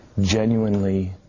genuinely